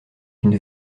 une